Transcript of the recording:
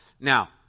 Now